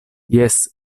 jes